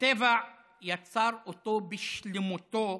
הטבע יצר אותו בשלמותו,